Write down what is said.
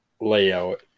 layout